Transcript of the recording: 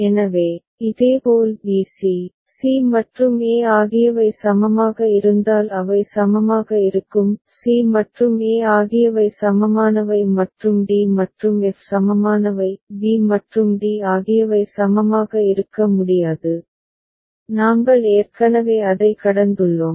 எனவே இதேபோல் b c c மற்றும் e ஆகியவை சமமாக இருந்தால் அவை சமமாக இருக்கும் c மற்றும் e ஆகியவை சமமானவை மற்றும் d மற்றும் f சமமானவை b மற்றும் d ஆகியவை சமமாக இருக்க முடியாது நாங்கள் ஏற்கனவே அதை கடந்துள்ளோம்